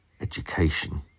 education